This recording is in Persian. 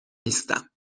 نیستم